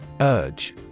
Urge